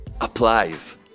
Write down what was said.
applies